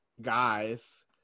guys